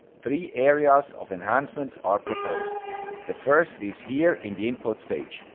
three areas of enhancements are proposed the first is here in the input stage,